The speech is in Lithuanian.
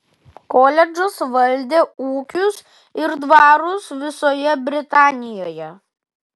koledžas valdė ūkius ir dvarus visoje britanijoje